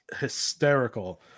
hysterical